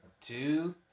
two